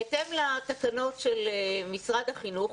בהתאם לתקנות של משרד החינוך,